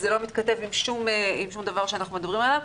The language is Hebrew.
זה לא מתכתב עם שום דבר שאנחנו מדברים עליו,